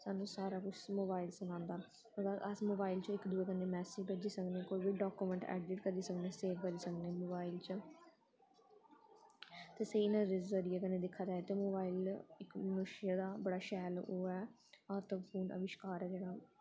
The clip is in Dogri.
सानूं सारा कुछ मोबाइल सनांदा अस मोबाइल च इक दूए कन्नै मैसेज भेजी सकने कोई बी डाकुमैंट ऐडिट करी सकने सेव करी सकने मोबाइल च ते स्हेई नज़रिये कन्नै दिक्खेआ जाए ते मोबाइल इक मनुष्य दा बड़ा शैल ओह् ऐ फोन अविष्कार ऐ जेह्ड़ा